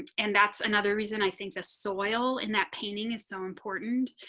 and that's another reason i think the soil in that painting is so important.